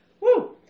Woo